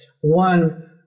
one